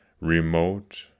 Remote